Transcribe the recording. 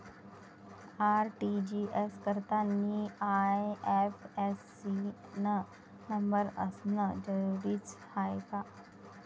RTGS करतांनी IFSC न number असनं जरुरीच हाय का?